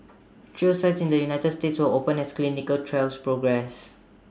trial sites in the united states will open as clinical trials progress